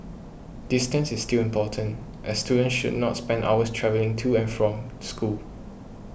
distance is still important as students should not spend hours travelling to and from school